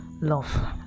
love